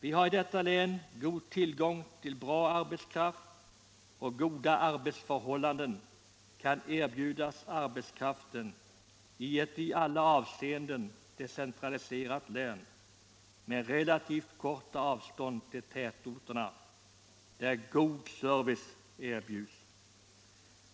Vi har i detta län god tillgång till bra arbetskraft, och goda arbetsförhållanden kan erbjudas arbetskraften i ett i alla avseenden decentraliserat län med relativt korta avstånd till tätorterna, där god service erbjuds.